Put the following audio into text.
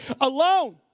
alone